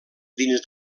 dins